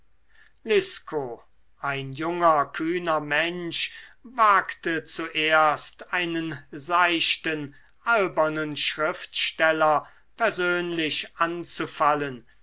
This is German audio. liscow ein junger kühner mensch wagte zuerst einen seichten albernen schriftsteller persönlich anzufallen